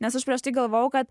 nes aš prieš tai galvojau kad